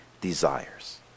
desires